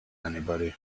anybody